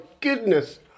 goodness